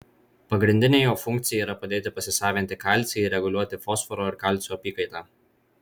pagrindinė jo funkcija yra padėti pasisavinti kalcį ir reguliuoti fosforo ir kalcio apykaitą